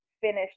finished